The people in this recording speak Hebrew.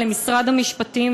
למשרד המשפטים,